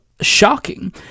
shocking